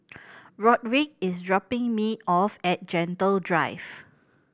Rodrick is dropping me off at Gentle Drive